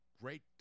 great